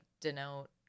denote